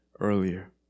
earlier